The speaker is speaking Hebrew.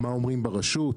מה אומרים ברשות?